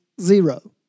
zero